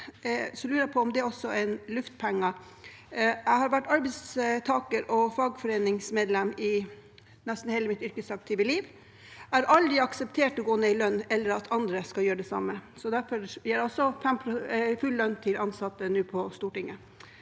jeg på om det også er luftpenger. Jeg har vært arbeidstaker og fagforeningsmedlem i nesten hele mitt yrkesaktive liv. Jeg har aldri akseptert å gå ned i lønn, eller at andre skal gjøre det samme. Derfor vil jeg også gi full lønn til ansatte på Stortinget.